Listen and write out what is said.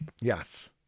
Yes